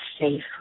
safe